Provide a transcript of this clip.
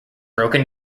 broken